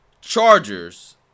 Chargers